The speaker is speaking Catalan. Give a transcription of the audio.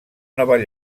nova